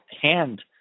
hand